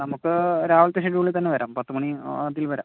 ആ നമുക്ക് രാവിലത്തെ ഷെഡ്യൂളിൽ തന്നെ വരാം പത്ത് മണി ആ അതിൽ വരാം